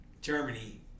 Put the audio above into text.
Germany